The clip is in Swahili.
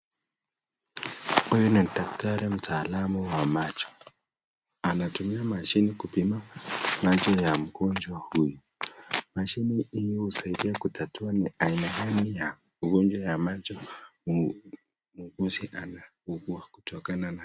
Huyu ni daktari mtaalamu wa macho anatumia mashine kupima macho ya mgonjwa huyu mashine hiyo inasaidia kutatua ni aina gani ya macho kutokana na.